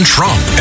Trump